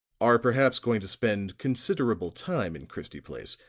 are perhaps going to spend considerable time in christie place,